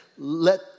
Let